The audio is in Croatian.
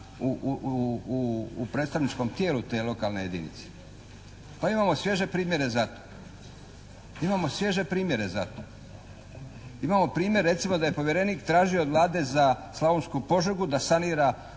u predstavničkom tijelu te lokalne jedinice. Pa imamo svježe primjere za to. Imamo primjer recimo da je povjerenik tražio od Vlade za Slavonsku Požegu da sanira